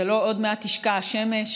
ועוד מעט תשקע השמש,